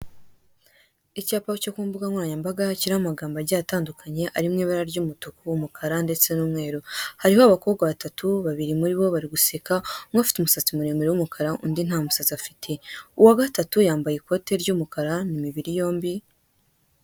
Icyapa cyo kumbugankoranyambaga kiriho amagambo agiye atandukanye ari mu ibara ry'umukara ndetse n'umweru hariho abakobwa batatu babiri muribo bari guseka umwe afite umusatsi muremure w'umukara undi ntamusatsi afite uwagatatu yambaye ikote ry'umukara n'imibiri yombi